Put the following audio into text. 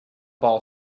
ball